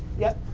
yep,